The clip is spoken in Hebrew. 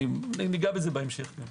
ניגע בזה בהמשך.